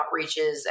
outreaches